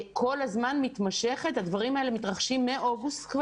הדברים האלה מתרחשים מאוגוסט.